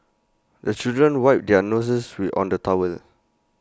the children wipe their noses on the towel